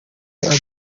abyara